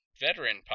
veteran